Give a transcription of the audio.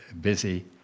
busy